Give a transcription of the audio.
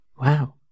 Wow